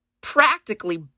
practically